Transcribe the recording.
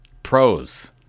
Pros